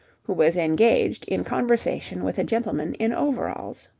who was engaged in conversation with a gentleman in overalls.